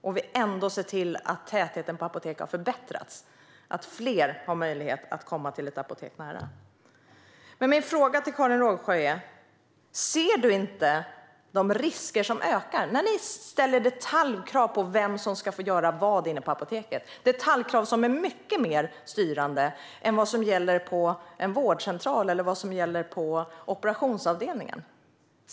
Ändå har vi sett till att apotekstätheten har förbättrats och att fler har möjlighet att komma till ett apotek i närheten. Min fråga till Karin Rågsjö är: Ser du inte de risker som ökar? Ni ställer detaljkrav på vem som ska få göra vad inne på apoteket. Dessa detaljkrav är mycket mer styrande än dem som gäller för en vårdcentral eller en operationsavdelning.